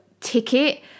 ticket